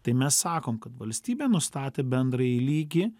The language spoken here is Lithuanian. tai mes sakom kad valstybė nustatė bendrąjį lygį